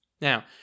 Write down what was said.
Now